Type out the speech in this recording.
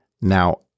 Now